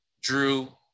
drew